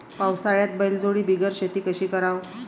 पावसाळ्यात बैलजोडी बिगर शेती कशी कराव?